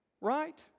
right